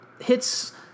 hits